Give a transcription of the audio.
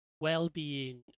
well-being